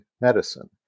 medicine